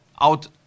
out